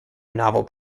novel